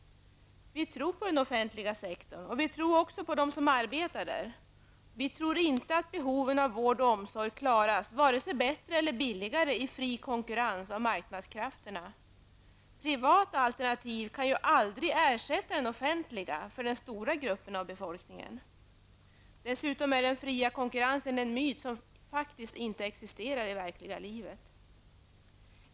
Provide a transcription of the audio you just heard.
Vi tror på den offentliga sektorn och vi tror också på dem som arbetar där. Vi tror inte att behoven av vård och omsorg klaras vare sig bättre eller billigare i fri konkurrens av marknadskrafterna. Privata alternativ kan aldrig ersätta den offentliga sektorn för den stora gruppen av befolkningen. Dessutom är den fria konkurrensen en myt som inte existerar i det verkliga livet.